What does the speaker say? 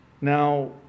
Now